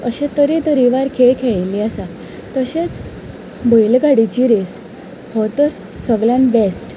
अशे तरे तरेकवार खेळ खेळिल्ले आसा तशेच बैलगाडेची रॅस हो तर सगळ्यान बेस्ट